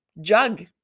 jug